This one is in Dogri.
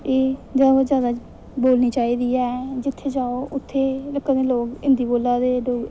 एह् जैदा कोला जैदा बोलनी चाहिदी ऐ असें जित्थै जाओ उत्थै कदें लोग हिन्दी बोला दे ते डोगरी